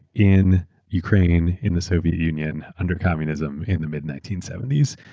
in ukraine, in the soviet union, under communism, in the mid nineteen seventy s.